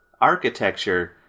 architecture